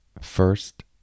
First